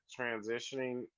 transitioning